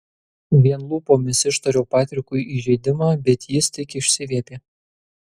vien lūpomis ištariau patrikui įžeidimą bet jis tik išsiviepė